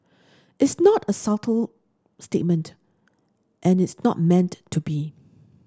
it's not a subtle statement and it's not meant to be